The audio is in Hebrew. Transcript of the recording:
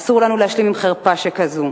אסור לנו להשלים עם חרפה שכזו.